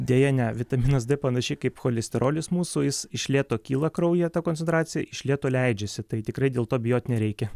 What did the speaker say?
deja ne vitaminas d panašiai kaip cholesterolis mūsų jis iš lėto kyla kraujyje ta koncentracija iš lėto leidžiasi tai tikrai dėl to bijoti nereikia